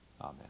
Amen